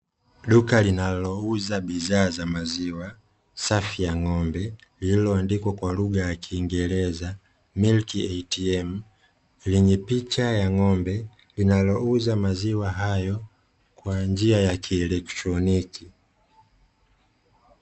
Duka linalouza bidhaa za maziwa safi ya ng'ombe, lililoandikwa kwa lugha ya kingereza "MILK ATM" lenye picha ya ng'ombe linalouza maziwa hayo kwa njia ya kielotroniki.